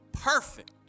perfect